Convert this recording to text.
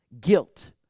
guilt